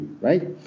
right